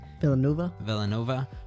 Villanova